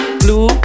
blue